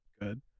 good